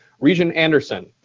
regent anderson?